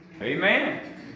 Amen